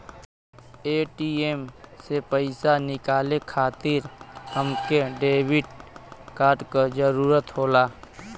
ATM से पइसा निकाले खातिर हमके डेबिट कार्ड क जरूरत होला